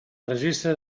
registre